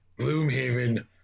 Gloomhaven